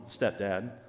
stepdad